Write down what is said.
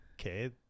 Okay